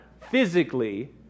physically